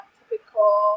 typical